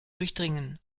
durchdringen